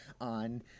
on